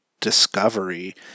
discovery